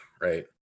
right